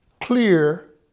clear